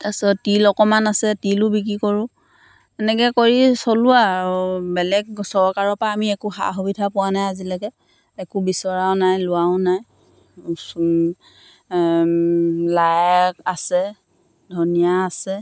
তাৰপিছত তিল অকণমান আছে তিলো বিক্ৰী কৰোঁ এনেকৈ কৰি চলোঁ আৰু বেলেগ চৰকাৰৰ পৰা আমি একো সা সুবিধা পোৱা নাই আজিলৈকে একো বিচৰাও নাই লোৱাও নাই লাই আছে ধনিয়া আছে